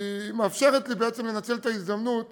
מאפשרת לי בעצם לנצל את ההזדמנות